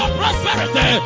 prosperity